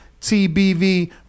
TBV